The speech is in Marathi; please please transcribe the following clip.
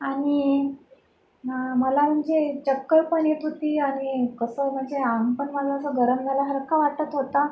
आणि मला म्हणजे चक्कर पण येत होती आणि कसं म्हणजे अंग पण एकदम असं माझं गरम झाल्यासारखा वाटत होता